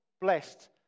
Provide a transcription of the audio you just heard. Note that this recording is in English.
blessed